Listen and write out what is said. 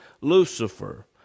Lucifer